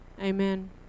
Amen